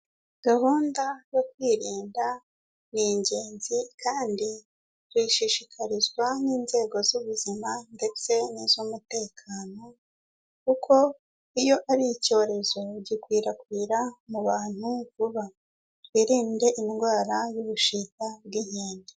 Gahunda yo kwirinda ni ingenzi kandi tuyishishikarizwa n'inzego z'ubuzima ndetse n'iz'umutekano kuko iyo ari icyorezo, gikwirakwira mu bantu vuba. Twirinde indwara y'ubushita bw'inkende.